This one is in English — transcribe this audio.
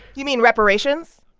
you mean reparations?